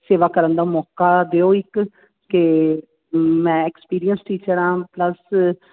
ਸੇਵਾ ਕਰਨ ਦਾ ਮੌਕਾ ਦਿਓ ਇੱਕ ਕਿ ਮੈਂ ਐਕਸਪੀਰੀਅੰਸ ਟੀਚਰ ਹਾਂ ਪਲੱਸ